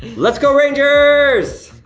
let's go rangers,